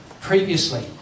previously